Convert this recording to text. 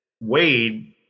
Wade